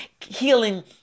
healing